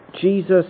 Jesus